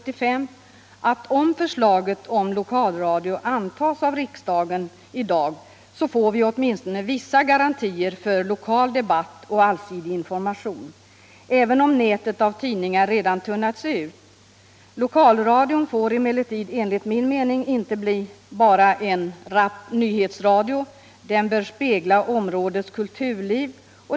”--- Om förslaget om lokalradio antas av riksdagen i dag, får vi åtminstone vissa garantier för lokal debatt och allsidig information, även om nätet av tidningar redan har tunnats ut. DLokalradion får emellertid enligt min mening inte bara bli en rapp nyhetsradio. Den bör spegla områdets kulturliv.